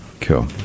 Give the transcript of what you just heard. cool